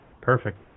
Perfect